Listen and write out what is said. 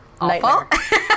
awful